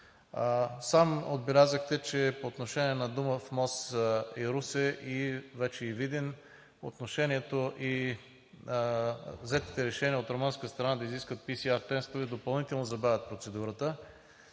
Сам отбелязахте, че по отношение на Дунав мост при Русе, вече и при Видин, отношението и взетите решения от румънска страна да изискат PCR тестове допълнително забавят процедурата.